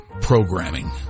programming